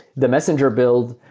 the messenger build,